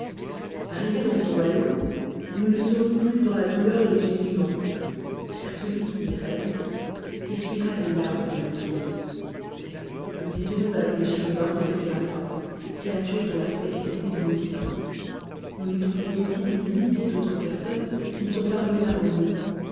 arrivés dans ce royaume nous ne serons plus dans la doulenr et les gémiseementsj car celui qui y règne et suivra les larmes de nos yeux nous y serons avec les chérubins et les séraphins créatures dont l'aspect est e'blonissbnt nous y trouverons aussi des milliers d'autres personnes qui y sont parvenut's avant nous